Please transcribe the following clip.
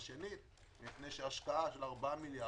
ושנית, מפני שהשקעה של 4 מיליארד